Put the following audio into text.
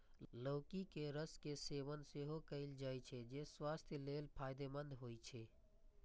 लौकी के रस के सेवन सेहो कैल जाइ छै, जे स्वास्थ्य लेल फायदेमंद होइ छै